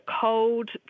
cold